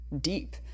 deep